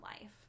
life